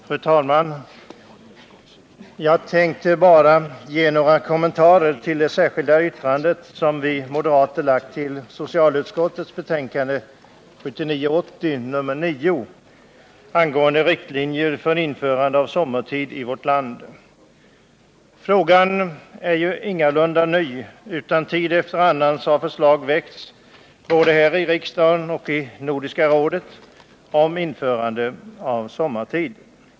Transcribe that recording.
Herr talman! Jag tänkte bara göra några kommentarer till det särskilda yttrande som utskottets moderata ledamöter fogat till socialutskottets betänkande 1979/80:9 med förslag till riktlinjer för införande av sommartid i vårt land. Frågan är ingalunda ny, utan tid efter annan har förslag väckts, både här i riksdagen och i Nordiska rådet, om införande av sommartid.